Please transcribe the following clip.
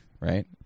right